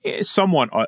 somewhat